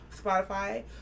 Spotify